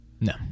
no